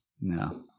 No